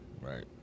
Right